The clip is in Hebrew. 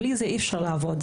בלי זה אי-אפשר לעבוד.